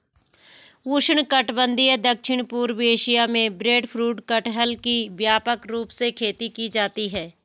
उष्णकटिबंधीय दक्षिण पूर्व एशिया में ब्रेडफ्रूट कटहल की व्यापक रूप से खेती की जाती है